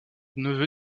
neveu